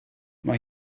mae